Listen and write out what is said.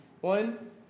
One